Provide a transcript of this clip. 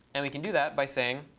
and we can do that by saying,